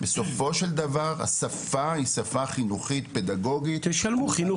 בסופו של דבר השפה היא שפה חינוכית, פדגוגית.